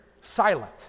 silent